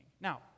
Now